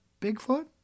Bigfoot